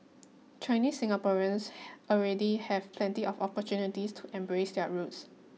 Chinese Singaporeans have already have plenty of opportunities to embrace their roots